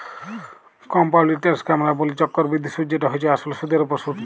compound ইলটারেস্টকে আমরা ব্যলি চক্করবৃদ্ধি সুদ যেট হছে আসলে সুদের উপর সুদ